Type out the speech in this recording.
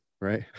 right